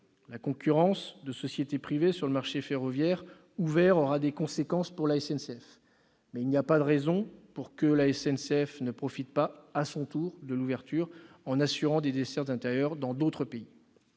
La concurrence de sociétés privées sur le marché ferroviaire ouvert aura des conséquences pour la SNCF, mais il n'y a pas de raison pour que la SNCF ne profite pas, à son tour, de l'ouverture, en assurant des dessertes intérieures dans d'autres pays.